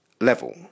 level